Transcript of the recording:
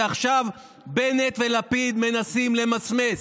ועכשיו בנט ולפיד מנסים למסמס.